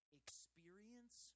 experience